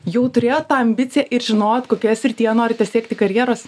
jau turėjot tą ambiciją ir žinojot kokioje srityje norite siekti karjeros